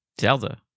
Zelda